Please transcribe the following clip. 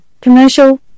commercial